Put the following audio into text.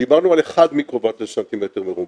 דיברנו על 1 מיקרוואט לס"מ מרובע.